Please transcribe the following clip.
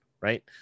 right